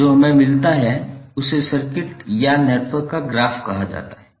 जो हमें मिलता है उसे सर्किट या नेटवर्क का ग्राफ कहा जाता है